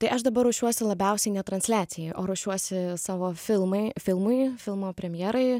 tai aš dabar ruošiuosi labiausiai ne transliacijai o ruošiuosi savo filmai filmui filmo premjerai